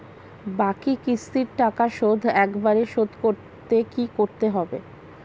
বাকি কিস্তির টাকা শোধ একবারে শোধ করতে কি করতে হবে?